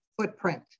footprint